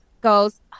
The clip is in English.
goes